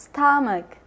Stomach